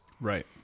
right